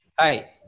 Hi